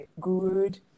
Good